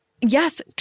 Yes